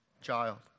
child